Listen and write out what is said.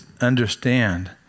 understand